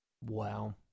Wow